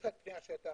יש לך פני השטח.